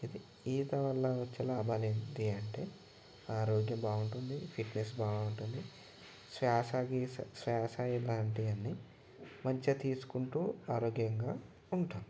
ఇది ఈత వల్ల వచ్చే లాభాలు ఏంటి అంటే ఆరోగ్యం బాగుంటుంది ఫిట్నెస్ బాగుంటుంది శ్వాస గిసా శ్వాస ఇలాంటివి అన్నీ మంచిగా తీసుకుంటు ఆరోగ్యంగా ఉంటాం